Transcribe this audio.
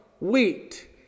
wheat